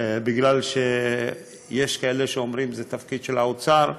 כי יש כאלה שאומרים שזה תפקיד של האוצר,